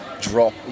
drop